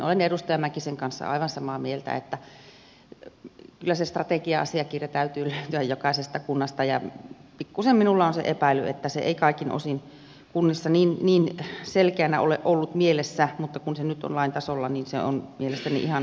olen edustaja mäkisen kanssa aivan samaa mieltä että kyllä sen strategia asiakirjan täytyy löytyä jokaisesta kunnasta ja pikkuisen minulla on se epäily että se ei kaikin osin kunnissa niin selkeänä ole ollut mielessä mutta kun se nyt on lain tasolla niin se on mielestäni ihan hyvä näin